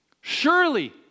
Surely